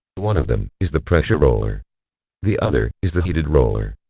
one of them is the pressure roller the other is the heated roller.